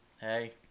hey